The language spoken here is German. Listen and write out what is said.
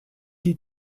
die